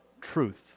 truth